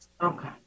Okay